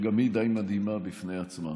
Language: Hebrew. שגם היא די מדהימה בפני עצמה.